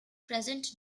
present